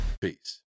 Peace